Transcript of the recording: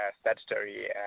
statutory